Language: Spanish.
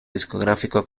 discográfico